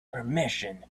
permission